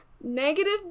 negative